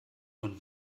von